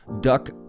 duck